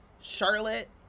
Charlotte